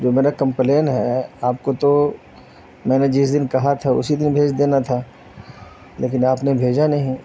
جو میرا کمپلین ہے آپ کو تو میں نے جس دن کہا تھا اسی دن بھیج دینا تھا لیکن آپ نے بھیجا نہیں